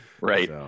right